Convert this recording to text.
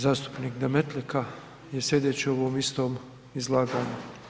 Zastupnik Demetlika je slijedeći u ovom istom izlaganju.